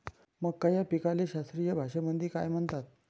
मका या पिकाले शास्त्रीय भाषेमंदी काय म्हणतात?